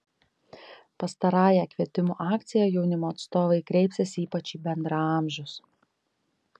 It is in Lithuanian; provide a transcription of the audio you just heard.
pastarąja kvietimų akcija jaunimo atstovai kreipsis ypač į bendraamžius